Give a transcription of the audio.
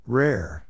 rare